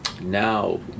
now